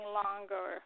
longer